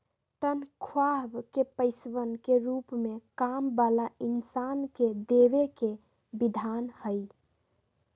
तन्ख्वाह के पैसवन के रूप में काम वाला इन्सान के देवे के विधान हई